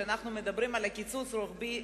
כשאנחנו מדברים על קיצוץ רוחבי,